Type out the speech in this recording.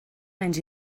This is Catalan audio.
béns